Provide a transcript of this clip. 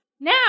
Now